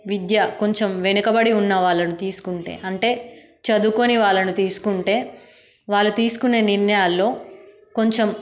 విద్య కొంచెం వెనుకబడి ఉన్న వాళ్ళను తీసుకుంటే అంటే చదువుకోని వాళ్ళను తీసుకుంటే వాళ్ళు తీసుకునే నిర్ణయాల్లో కొంచెం